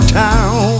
town